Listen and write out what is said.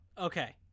okay